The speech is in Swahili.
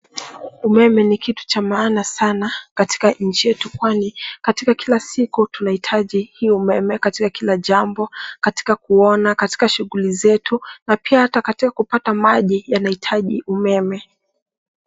Umeme ni kitu cha maana katika nchi yetu kwani katika kila siku tunaitaji hii umeme katika kila jambo katika kuona katika shughuli zetu na pia hata katika kupata maji yanayoitaji umeme.